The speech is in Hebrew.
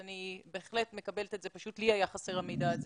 אני בהחלט מקבלת את זה ולי פשוט היה חסר המידע הזה